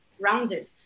rounded